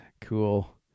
cool